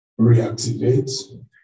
Reactivate